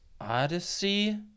Odyssey